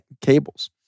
cables